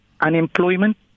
Unemployment